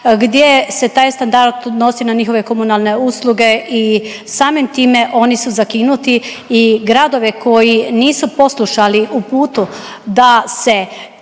gdje se taj standard odnosi na njihove komunalne usluge i samim time oni su zakinuti. I gradove koji nisu poslušali uputu da se